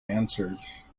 answers